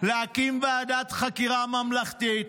להקים ועדת חקירה ממלכתית,